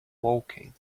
woking